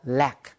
lack